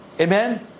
Amen